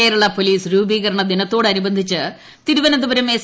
Kerala police രൂപീകരണദിനത്തോടനുബന്ധിച്ച് Thiruvananthapuram S